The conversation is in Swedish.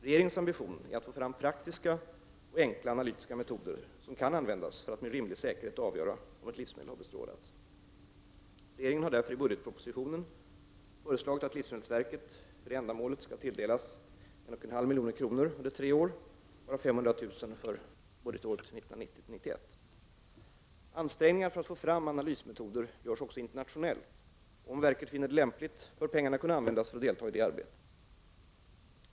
Regeringens ambition är att få fram praktiska och enkla analytiska metoder som kan användas för att med rimlig säkerhet avgöra om ett livsmedel har bestrålats. Regeringen har därför i budgetpropositionen föreslagit att livsmedelsverket för detta ändamål skall tilldelas 1,5 milj.kr. under tre år, varav 500 000 kr. för budgetåret 1990/91. Ansträngningar för att få fram analysmetoder görs också internationellt, och om verket finner det lämpligt bör pengarna kunna användas för att man skall kunna delta i detta arbete.